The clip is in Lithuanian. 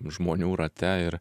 žmonių rate ir